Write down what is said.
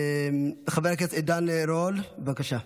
חבר הכנסת עידן רול, בבקשה.